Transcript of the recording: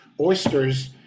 oysters